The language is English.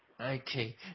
Okay